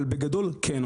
אבל בגדול כן,